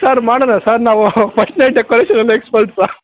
sir ಮಾಡೋಣ sir ನಾವು first night ಡೆಕೊರೇಷನಲ್ಲಿ ಎಕ್ಸ್ಪರ್ಟ್ ಸರ್